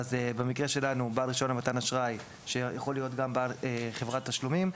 במקרה שלנו בעל רישיון למתן אשראי שיכול להיות גם בעל חברת תשלומים.